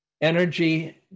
energy